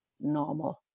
normal